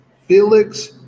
Felix